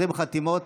20 חתימות,